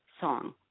song